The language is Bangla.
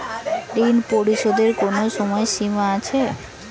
ঋণ পরিশোধের কোনো সময় সীমা আছে?